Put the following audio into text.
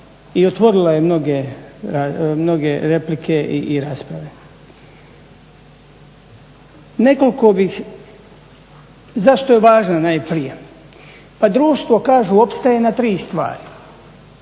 i otvorila je mnoge replike i rasprave. Nekoliko bih, zašto je važna, najprije? Pa društvo, kažu opstaje na 3 stvari.